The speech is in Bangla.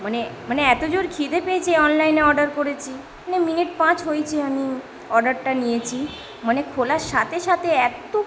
মানে মানে এত জোর খিদে পেয়েছে অনলাইনে অর্ডার করেছি মিনিট পাঁচ হয়েছে আমি অর্ডারটা নিয়েছি মানে খোলার সাথে সাথে এত